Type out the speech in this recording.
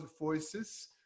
voices